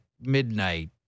midnight